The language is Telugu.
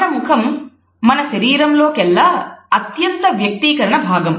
మన ముఖం మన శరీరంలో కెల్లా అత్యంత వ్యక్తీకరణ భాగం